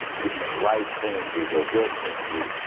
giving them life sentences or death sentences.